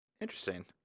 Interesting